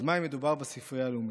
אז מה אם מדובר בספרייה הלאומית?